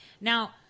Now